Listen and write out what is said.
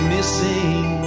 Missing